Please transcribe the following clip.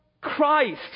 Christ